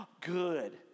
good